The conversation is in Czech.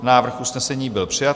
Návrh usnesení byl přijat.